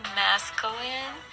masculine